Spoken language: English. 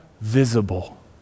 visible